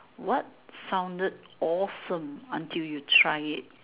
what sounded awesome until you try it